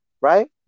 Right